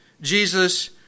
Jesus